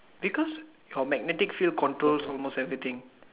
because your magnetic field controls almost everything